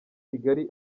kigali